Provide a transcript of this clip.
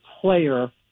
player